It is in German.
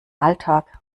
alltag